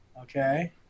Okay